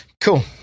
Cool